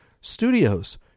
studios